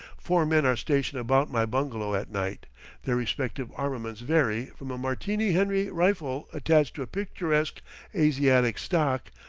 four men are stationed about my bungalow at night their respective armaments vary from a martini-henry rifle attached to a picturesque asiatic stock,